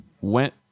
went